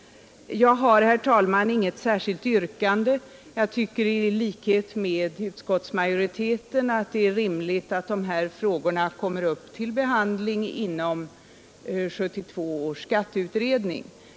Jag har, herr talman, inget särskilt yrkande. I likhet med utskottsmajoriteten tycker jag att det är rimligt att dessa frågor kommer upp till behandling inom 1972 års skatteutredning.